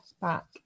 back